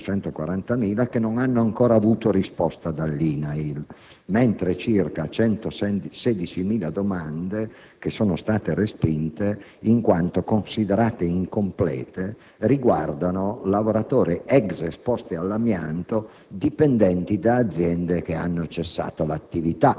lavoratori che non hanno ancora ricevuto risposta dall'INAIL, mentre circa 116.000 domande, respinte in quanto considerate incomplete, riguardano lavoratori ex esposti all'amianto dipendenti da aziende che hanno cessato l'attività